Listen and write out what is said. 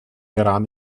iran